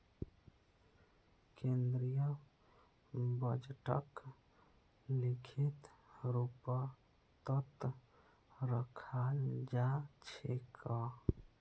केन्द्रीय बजटक लिखित रूपतत रखाल जा छेक